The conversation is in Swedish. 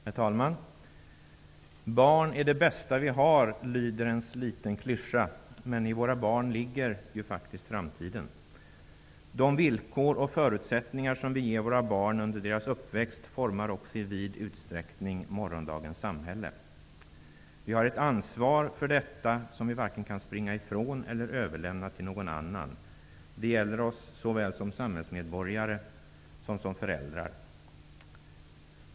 Herr talman! Barn är det bästa vi har, lyder en sliten klyscha -- men i våra barn ligger ju faktiskt framtiden. De villkor och förutsättningar som vi ger våra barn under deras uppväxt formar också i stor utsträckning morgondagens samhälle. För detta har vi -- både som samhällsmedborgare och som föräldrar -- ett ansvar som vi varken kan springa ifrån eller överlämna till någon annan.